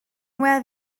were